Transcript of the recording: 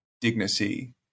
dignity